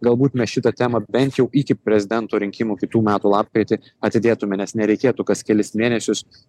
galbūt mes šitą temą bent jau iki prezidento rinkimų kitų metų lapkritį atidėtume nes nereikėtų kas kelis mėnesius